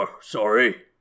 sorry